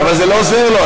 אבל זה לא עוזר לו,